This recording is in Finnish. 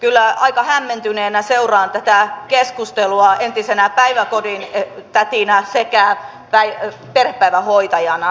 kyllä aika hämmentyneenä seuraan tätä keskustelua entisenä päiväkodintätinä sekä perhepäivähoitajana